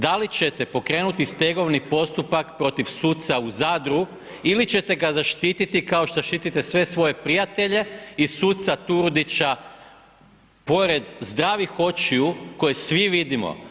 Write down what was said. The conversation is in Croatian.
Da li ćete pokrenuti stegovni postupak protiv suca u Zadru ili ćete ga zaštititi kao što štitite sve svoje prijatelje i suca Turudića pored zdravih očiju koje svi vidimo?